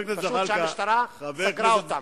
תיקים שהמשטרה סגרה אותם.